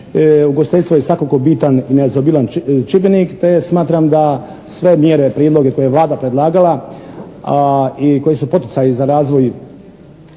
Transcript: Ugostiteljstvo je svakako bitan i nezaobilazan čimbenik, te smatram da sve mjere, prijedloge koje je Vlada predlagala a i koji su poticaji za razvoj